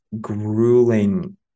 grueling